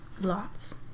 Lots